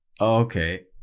Okay